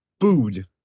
food